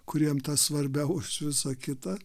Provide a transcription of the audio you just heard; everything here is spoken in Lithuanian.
kuriem tas svarbiau už visą kitą